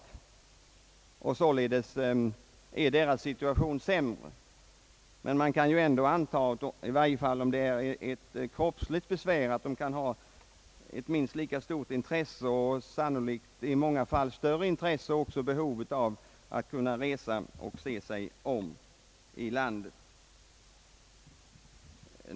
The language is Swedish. Om det gäller ett kroppsligt besvär kan man i varje fall räkna med att den förtidspensionerade också har minst lika stort intresse, sannolikt i många fall större intresse och även behov, av att kunna resa och få se sig om i landet.